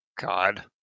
God